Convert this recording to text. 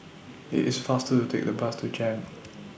IT IS faster to Take The Bus to Jem